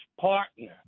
partner